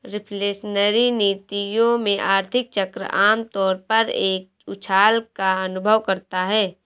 reflationary नीतियों में, आर्थिक चक्र आम तौर पर एक उछाल का अनुभव करता है